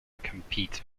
compete